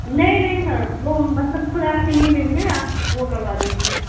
نہیں نہیں سر وہ مطلب کھود آ کے نہیں لیں گے آپ وہ کروا دیجیے